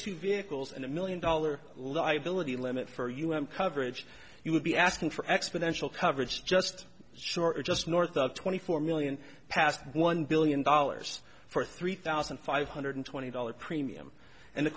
two vehicles in a million dollar liability limit for us coverage you would be asking for exponential coverage just short of just north of twenty four million past one billion dollars for three thousand five hundred twenty dollars premium and the